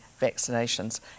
vaccinations